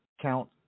count